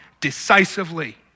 decisively